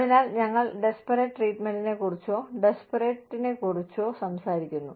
അതിനാൽ ഞങ്ങൾ ഡിസ്പെറിറ്റ് ട്രീറ്റ്മൻറിനെക്കുറിച്ചോ ഡിസ്പെറിറ്റിനെക്കുറിച്ചോ സംസാരിക്കുന്നു